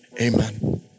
Amen